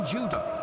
Judah